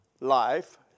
life